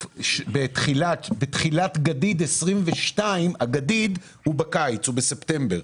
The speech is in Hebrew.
הגדיד הוא בקיץ בספטמבר.